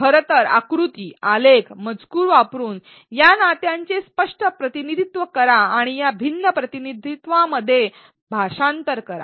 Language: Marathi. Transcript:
खरं तर आकृती आलेख मजकूर वापरून या नात्यांचे स्पष्ट प्रतिनिधित्व करा आणि या भिन्न प्रतिनिधित्वांमध्ये भाषांतर करा